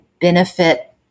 benefit